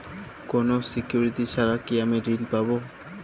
কোনো সিকুরিটি ছাড়া কি আমি ঋণ পাবো?